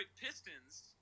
Pistons